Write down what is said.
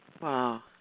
Wow